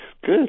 Good